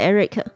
Eric